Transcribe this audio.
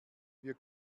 wir